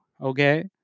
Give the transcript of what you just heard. Okay